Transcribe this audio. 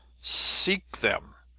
seek them!